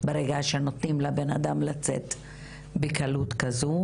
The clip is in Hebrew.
ברגע שנותנים לאדם לצאת בקלות כזו.